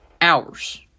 hours